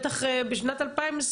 בטח בשנת 2021,